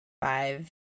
Five